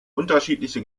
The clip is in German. unterschiedliche